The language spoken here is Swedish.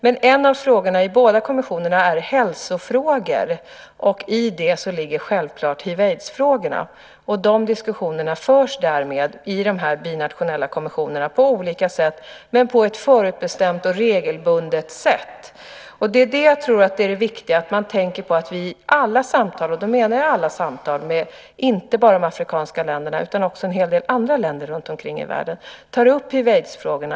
Men en av frågorna i båda kommissionerna är hälsofrågor. I det ligger självklart hiv aids-frågorna.